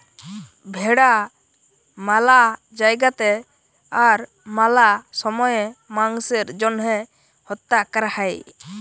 ভেড়া ম্যালা জায়গাতে আর ম্যালা সময়ে মাংসের জ্যনহে হত্যা ক্যরা হ্যয়